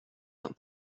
not